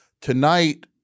Tonight